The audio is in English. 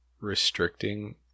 restricting